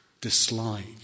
dislike